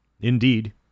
Indeed